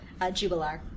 Jubilar